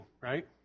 Right